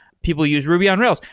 people use ruby on rails.